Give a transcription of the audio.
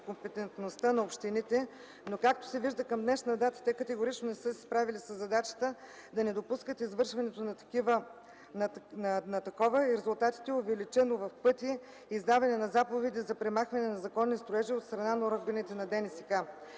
компетентността на общините. Както се вижда обаче, към днешна дата те категорично не са се справили със задачата – да не допускат извършването на такова и резултатът е увеличено в пъти издаване на заповеди за премахване на незаконни строежи от страна на органите на